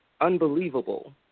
Unbelievable